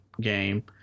game